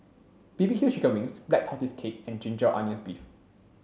B B Q chicken wings black tortoise cake and ginger onions beef